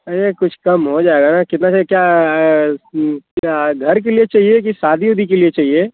अरे कुछ कम हो जाएगा कितना से क्या क्या घर के लिए चाहिए कि सादी उदी के लिए चाहिए